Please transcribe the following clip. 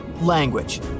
language